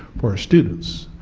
for students,